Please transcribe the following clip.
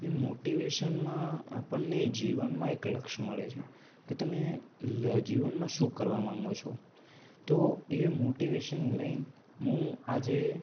એ મોટિવેશનમાં આપણને જીવનમાં એક લક્ષ મળે છે કે તમે લે જીવનમાં શું કરવા માંગો છો તો એ મોટિવેસન લઈ મું આજે